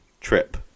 trip